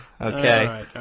okay